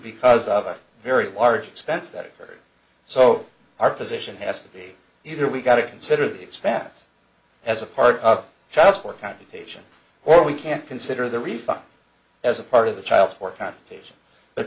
because of a very large expense that or so our position has to be either we got to consider the expense as a part of child support connotation or we can't consider the refund as a part of the child support consultation but